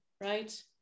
right